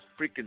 freaking